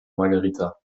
margherita